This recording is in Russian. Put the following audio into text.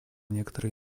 некоторые